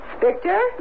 Victor